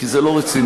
כי זה לא רציני,